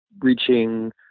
reaching